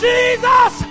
Jesus